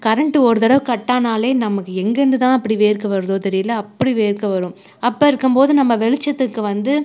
current ஒரு தடவை cut ஆனாலே நமக்கு எங்கேயிருந்து தான் அப்படி வேர்க்க வருதோ தெரியலை அப்படி வேர்க்க வரும் அப்போ இருக்கும் போது நம்ம வெளிச்சத்துக்கு வந்து